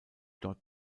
dort